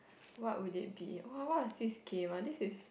what would it be !wah! what is this game ah this is